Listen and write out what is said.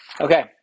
Okay